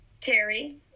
Terry